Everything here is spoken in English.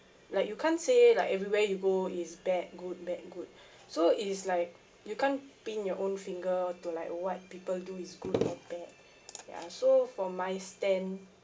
like you can't say like everywhere you go is bad good bad good so it's like you can't pin your own finger to like what people do is good or bad ya so for my stand